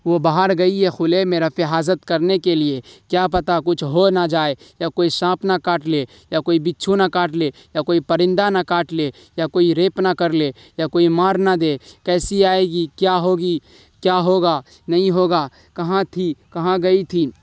وہ باہر گئی ہے کھلے میں رفع حاجت کرنے کے لیے کیا پتہ کچھ ہو نہ جائے یا کوئی سانپ نہ کاٹ لے یا کوئی بچھو نہ کاٹ لے یا کوئی پرندہ نہ کاٹ لے یا کوئی ریپ نہ کر لے یا کوئی مار نہ دے کیسی آئے گی کیا ہوگی کیا ہوگا نہیں ہوگا کہاں تھی کہاں گئی تھی